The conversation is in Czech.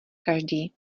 každý